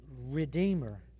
redeemer